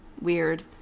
weird